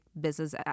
business